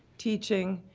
teaching,